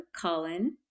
Colin